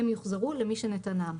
הם יוחזרו למי שנתנם,